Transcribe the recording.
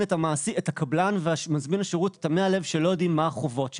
את הקבלן ומזמין השירות תמי הלב שלא יודעים מה החובות שלהם.